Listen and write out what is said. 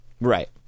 Right